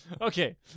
okay